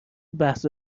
بحث